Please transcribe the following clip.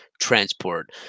transport